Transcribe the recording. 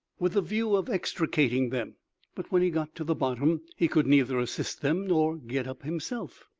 with the view of extricating them but when he got to the bottom, he could neither assist them nor get up himself,